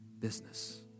business